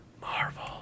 Marvel